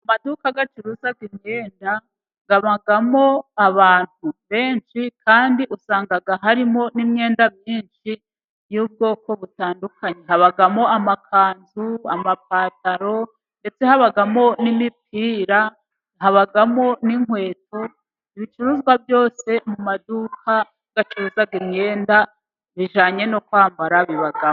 Amaduka acuruza imyenda, habamo abantu benshi, kandi usanga harimo n'imyenda myinshi y'ubwoko butandukanye, habamo amakanzu, amapantaro, ndetse habamo n'imipira, habamo n'inkweto ,ibicuruzwa byose mu maduka bacuruza imyenda, bijyanye no kwambara bibamo.